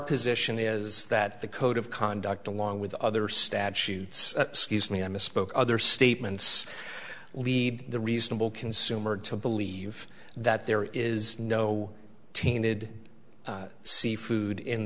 position is that the code of conduct along with other statutes scuse me i misspoke other statements lead the reasonable consumer to believe that there is no tainted seafood in